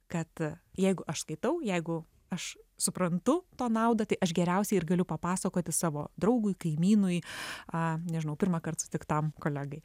kad jeigu aš skaitau jeigu aš suprantu to naudą tai aš geriausiai ir galiu papasakoti savo draugui kaimynui a nežinau pirmąkart sutiktam kolegai